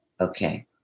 Okay